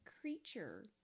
creature